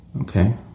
okay